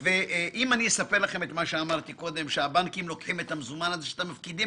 אם אני אספר לכם שהבנקים לוקחים את המזומן שאתם מפקידים